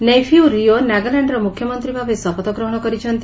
ନେଇଫିଉ ରିଓ ନାଗାଲ୍ୟାଣ୍ଡର ମୁଖ୍ୟମନ୍ତ୍ରୀ ଭାବେ ଶପଥ ଗ୍ରହଣ କରିଛନ୍ତି